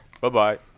Bye-bye